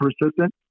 persistent